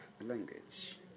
language